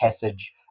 passage